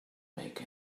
make